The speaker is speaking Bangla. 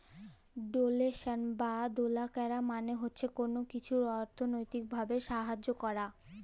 ডোলেশল বা দেলা ক্যরা মালে হছে কল কিছুর অথ্থলৈতিক ভাবে সাহায্য ক্যরা